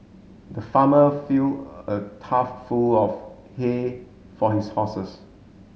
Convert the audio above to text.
the farmer filled a tough full of hay for his horses